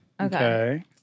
Okay